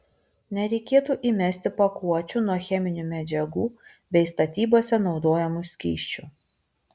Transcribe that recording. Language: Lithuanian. nereikėtų įmesti pakuočių nuo cheminių medžiagų bei statybose naudojamų skysčių